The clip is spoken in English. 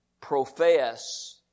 profess